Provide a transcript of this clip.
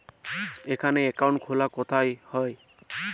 এখানে অ্যাকাউন্ট খোলা কোথায় হয়?